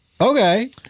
Okay